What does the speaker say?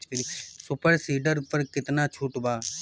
Super seeder पर केतना छूट बा?